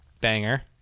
banger